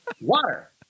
water